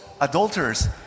adulterers